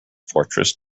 fortress